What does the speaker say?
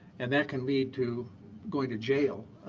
and that can lead to going to jail.